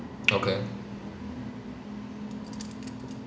okay